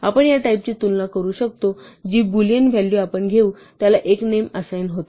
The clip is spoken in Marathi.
आपण या टाईप ची तुलना करू शकतो जी बूलियन व्हॅलू आपण घेऊ त्याला हे एक नेम असाइन होते